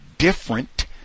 different